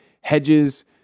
Hedges